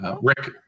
Rick